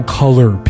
color